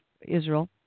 Israel